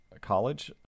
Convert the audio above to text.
college